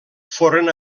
foren